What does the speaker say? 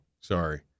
Sorry